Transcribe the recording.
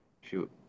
shoot